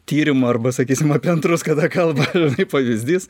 tyrimų arba sakysim apie antrus kada kalba kaip pavyzdys